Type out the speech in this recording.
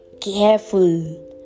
careful